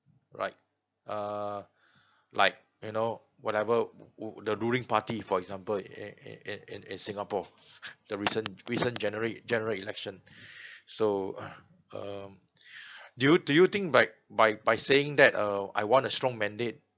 right uh like you know whatever the ruling party for example in in in in in singapore the recent recent gener~ general election so um do you do you think by by by saying that uh I want a strong mandate